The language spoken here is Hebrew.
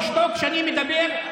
תשתוק כשאני מדבר.